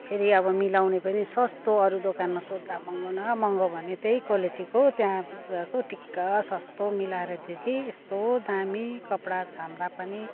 फेरि अब मिलाउने पनि सस्तो अरू दोकानमा सोध्दा महँगो न महँगो भन्यो त्यही क्वालिटीको त्यहाँ गएको ठिक्क सस्तो मिलाएर दियो हौ कि यस्तो दामी कपडा छाम्दा पनि